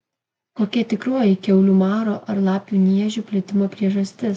kokia tikroji kiaulių maro ar lapių niežų plitimo priežastis